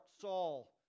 Saul